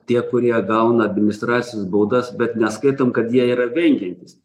tie kurie gauna administracines baudas bet neskaitom kad jie yra vengiantys